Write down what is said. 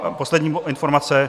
A poslední informace.